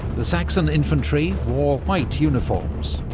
the saxon infantry wore white uniforms,